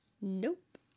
Nope